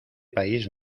país